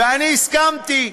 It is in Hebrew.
ואני הסכמתי,